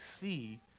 see